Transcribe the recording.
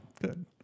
Good